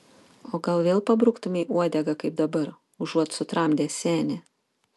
o gal vėl pabruktumei uodegą kaip dabar užuot sutramdęs senį